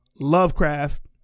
Lovecraft